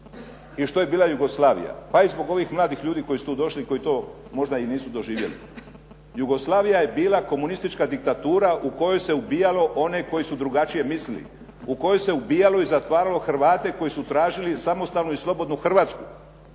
i što je bila Jugoslavija pa i zbog ovih mladih ljudi koji su tu došli i koji to možda i nisu doživjeli. Jugoslavija je bila komunistička diktatura u kojoj se ubijalo one koji su drugačije mislili, u kojoj se ubijalo i zatvaralo Hrvate koji su tražili samostalnu i slobodnu Hrvatsku.